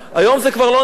היום זה כבר לא נמצא.